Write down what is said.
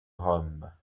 rome